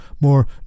more